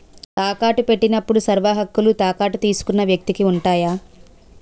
తాకట్టు పెట్టినప్పుడు సర్వహక్కులు తాకట్టు తీసుకున్న వ్యక్తికి ఉంటాయి